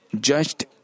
judged